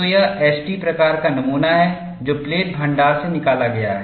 तो यह S T प्रकार का नमूना है जो प्लेट भण्डार से निकाला गया है